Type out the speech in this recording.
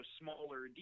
smaller